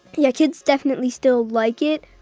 yeah, kids definitely still like it,